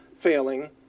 failing